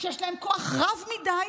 שיש להם כוח רב מדי,